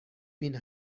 بین